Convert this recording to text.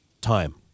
Time